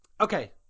Okay